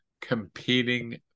competing